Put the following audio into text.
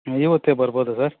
ಹಾಂ ಇವತ್ತೇ ಬರ್ಬೋದ ಸರ್